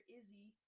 Izzy